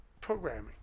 programming